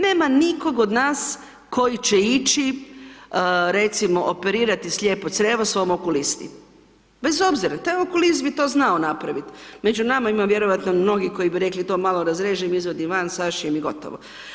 Nema nikog od nas koji će ići recimo operirati slijepo crijevo svom okulisti, bez obzira taj okulist bi to znao napravit, među nama ima vjerojatno mnogi koji bi rekli to malo razrežem, izvadim van, sašijem i gotovo.